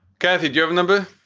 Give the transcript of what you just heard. kathy, do you have a number?